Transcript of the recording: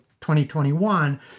2021